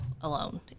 alone